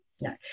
no